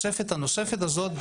משרד הבריאות, מי בראש?